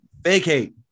vacate